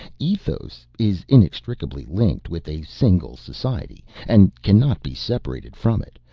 ethos is inextricably linked with a single society and cannot be separated from it,